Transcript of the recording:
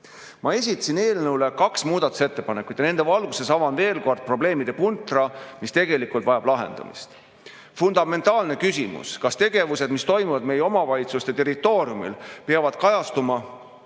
Ma esitasin eelnõu kohta kaks muudatusettepanekut ja nende valguses avan veel kord probleemide puntra, mis tegelikult vajab lahendamist. Fundamentaalne küsimus, kas tegevused, mis toimuvad meie omavalitsuste territooriumil, peavad kajastuma